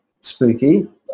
spooky